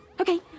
Okay